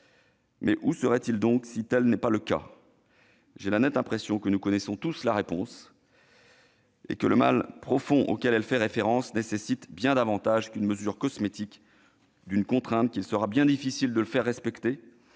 Mais où serait-il donc si tel n'était pas le cas ? J'ai la nette impression que nous connaissons tous la réponse et que le mal profond auquel elle fait référence nécessite bien davantage qu'une mesure cosmétique de contrainte, qu'il sera bien difficile de faire respecter